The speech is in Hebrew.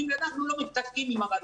הם אומרים לה: אנחנו לא מתקשרים עם הבעל